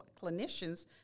clinicians